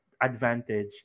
advantage